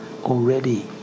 already